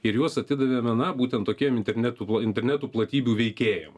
ir juos atidavė meną būtent tokiem internetų internetų platybių veikėjams